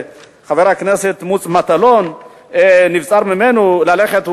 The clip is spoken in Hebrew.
חבר הכנסת מוץ מטלון נבצר ממנו ללכת,